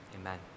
Amen